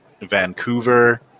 Vancouver